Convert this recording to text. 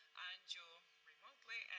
anju remotely,